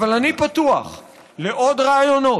אבל אני פתוח לעוד רעיונות,